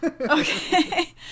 okay